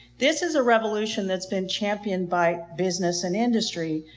this is a revolution that's been championed by business and industry.